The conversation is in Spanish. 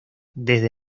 desde